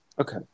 Okay